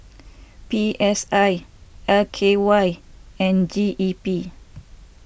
P S I L K Y and G E P